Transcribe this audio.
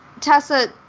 Tessa